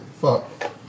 Fuck